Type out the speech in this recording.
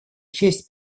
честь